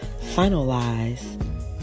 finalize